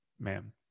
ma'am